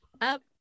Up